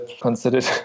considered